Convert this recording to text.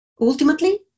Ultimately